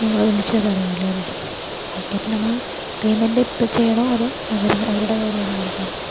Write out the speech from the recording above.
നിങ്ങള് ഒന്നിച്ചാൽ പറയൂല്ലോ അല്ലെ ഓക്കെ അപ്പോൾ നമ്മള് പെയ്മെന്റ് ഇപ്പോൾ ചെയ്യാനോ അല്ലെങ്കിൽ അവരുടെ കയ്യിൽ ആണോ കൊടുക്കേണ്ടേ